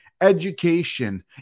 education